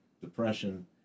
depression